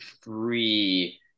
free